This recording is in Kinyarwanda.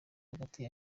hagati